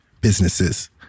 businesses